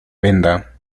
venda